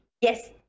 yes